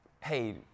Hey